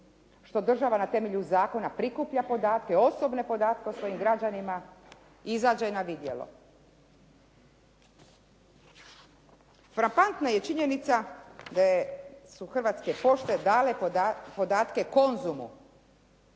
što država na temelju zakona prikuplja podatke, osobne podatke o svojim građanima izađe na vidjelo. Frapantna je činjenica da su "Hrvatske pošte" dale podatke "Konzumu"